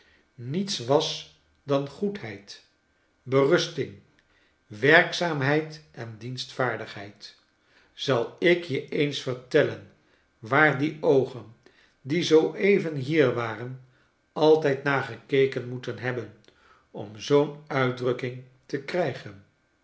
niets was dan goedheid berusting werkzaamheid en dienstvaardigheid zal ik je eens vertellen waar die oogen die zoo even hier waren altijd naar gekeken moeten hebben om zoo'n uitdrukking te krijgen